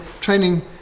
training